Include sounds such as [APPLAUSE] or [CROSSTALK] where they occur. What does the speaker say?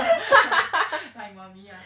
[LAUGHS]